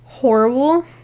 Horrible